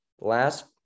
last